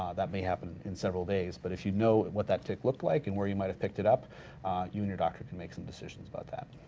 ah that may happen in several days, but if you know what that tic looked like and where you might have picked it up, you and your doctor can make some decisions about that.